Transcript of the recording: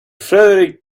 frederic